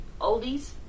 Oldies